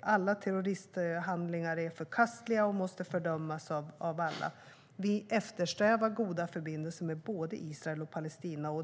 Alla terroristhandlingar är förkastliga och måste fördömas av alla. Vi eftersträvar goda förbindelser med både Israel och Palestina.